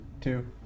Two